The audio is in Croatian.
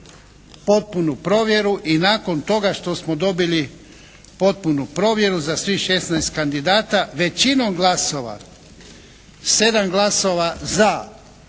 potpunu provjeru i nakon toga što smo dobili potpunu provjeru za svih 16 kandidata većinom glasova; 7 glasova za,